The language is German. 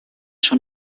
schon